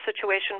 situation